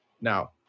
Now